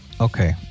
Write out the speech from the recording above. Okay